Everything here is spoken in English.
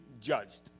judged